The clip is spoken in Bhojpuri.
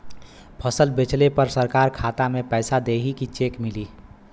फसल बेंचले पर सरकार खाता में पैसा देही की चेक मिली?